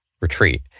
retreat